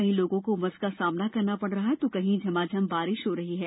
कहीं लोगों को उमस का सामना करना पड़ रहा है तो कहीं झमाझम बारिश हो रही है